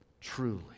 truly